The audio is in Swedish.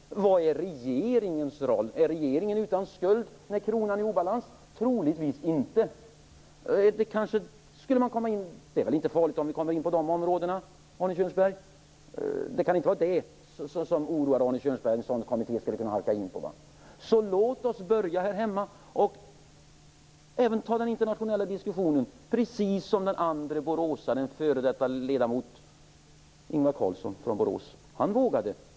Vad är regeringens roll? Är regeringen utan skuld när kronan är i obalans? Troligtvis inte. Det är väl inte farligt om vi kommer in på dessa områden, Arne Kjörnsberg? Det kan inte vara det som oroar Arne Kjörnsberg, dvs. att en sådan kommitté skulle kunna halka in på det. Låt oss börja här hemma och även ta den internationella diskussionen precis som den andre boråsaren, f.d. ledamoten Ingvar Carlsson, vågade.